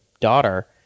daughter